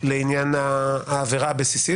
לעניין העבירה הבסיסית,